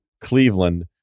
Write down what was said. Cleveland